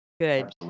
Good